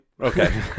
Okay